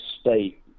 state